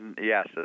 Yes